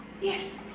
Yes